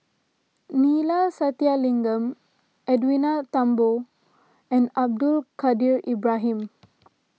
Neila Sathyalingam Edwin Thumboo and Abdul Kadir Ibrahim